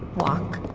walk,